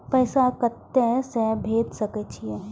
पैसा कते से भेज सके छिए?